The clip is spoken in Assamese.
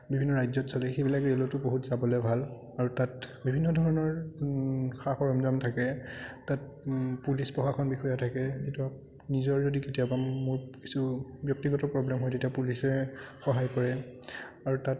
বিভিন্ন ৰাজ্যত চলে সেইবিলাক ৰে'লতো বহুত যাবলৈ ভাল আৰু তাত বিভিন্ন ধৰণৰ সা সৰঞ্জাম থাকে তাত পুলিচ প্ৰশাসন বিষয়া থাকে নিজৰ যদি কেতিয়াবা মোৰ কিছু ব্যক্তিগত প্ৰব্লেম হয় তেতিয়া পুলিচে সহায় কৰে আৰু তাত